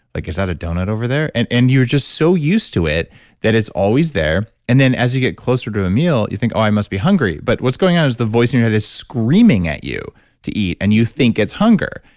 like is that a donut over there? and and you're just so used to it that is always there. and then as you get closer to a meal you think, oh, i must be hungry. but what's going on is the voice in your head is screaming at you to eat and you think it's hunger.